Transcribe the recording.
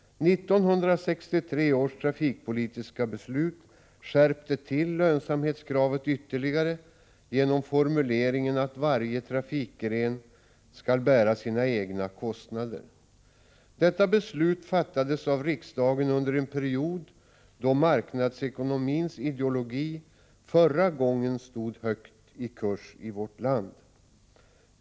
1963 års trafikpolitiska beslut skärpte till lönsamhetskravet ytterligare genom formuleringen att varje trafikgren skall bära sina egna kostnader. Detta beslut fattades av riksdagen då marknadsekonomins ideologi förra gången stod högt i kurs i vårt land.